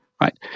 right